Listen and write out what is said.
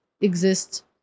exist